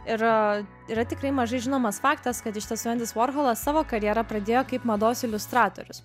ir yra tikrai mažai žinomas faktas kad iš tiesų endis vorholas savo karjerą pradėjo kaip mados iliustratorius